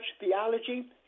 theology